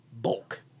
Bulk